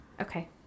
Okay